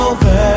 Over